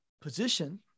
position